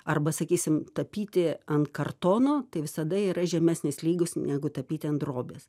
arba sakysim tapyti ant kartono tai visada yra žemesnės lygos negu tapyti ant drobės